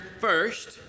first